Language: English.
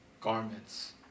garments